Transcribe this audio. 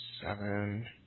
Seven